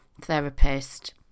therapist